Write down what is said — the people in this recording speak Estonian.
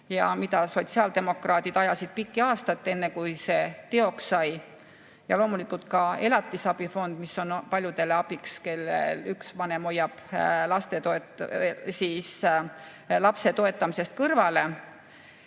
mida sotsiaaldemokraadid ajasid pikki aastaid, enne kui see teoks sai, ja loomulikult ka elatisabifond, mis on paljudele abiks, kui üks vanem hoiab lapse toetamisest kõrvale.